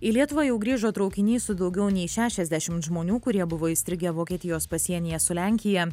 į lietuvą jau grįžo traukinys su daugiau nei šešiasdešimt žmonių kurie buvo įstrigę vokietijos pasienyje su lenkija